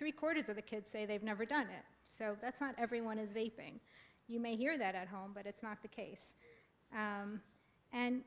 three quarters of the kids say they've never done it so that's not everyone is a ping you may hear that at home but it's not the case and